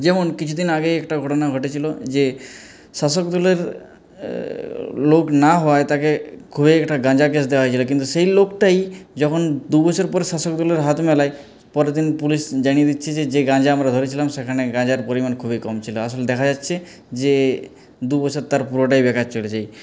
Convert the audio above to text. যেমন কিছুদিন আগেই একটা ঘটনা ঘটেছিল যে শাসকদলের লোক না হওয়ায় তাকে খুবই একটা গাঁজা কেস দেওয়া হয়েছিলো কিন্তু সেই লোকটাই যখন দু বছর পরে শাসকদলের হাত মেলায় পরের দিন পুলিশ জানিয়ে দিচ্ছে যে যে গাঁজা আমরা ধরেছিলাম সেখানে গাঁজার পরিমাণ খুবই কম ছিল আসলে দেখা যাচ্ছে যে দু বছর তার পুরোটাই বেকার চলে যায়